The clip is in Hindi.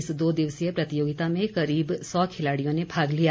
इस दो दिवसीय प्रतियोगिता में करीब सौ खिलाड़ियों ने भाग लिया